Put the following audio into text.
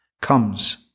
comes